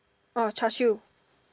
orh Char-Siew